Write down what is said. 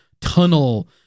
tunnel